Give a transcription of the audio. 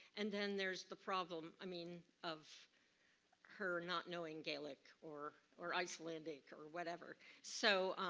and then there's the problem, i mean of her not knowing gaelic, or or icelandic, or whatever. so,